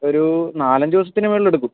ഒരു നാലഞ്ച് ദിവസത്തിന് മുകളിലെടുക്കും